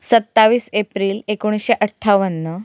सत्तावीस एप्रिल एकोणीसशे अठ्ठावन्न